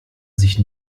sich